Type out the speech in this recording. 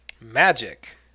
magic